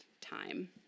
time